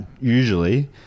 usually